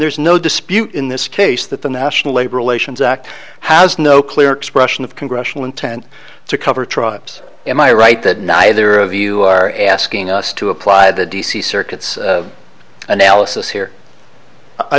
there's no dispute in this case that the national labor relations act has no clear expression of congressional intent to cover tribes am i right that neither of you are asking us to apply the d c circuits analysis here i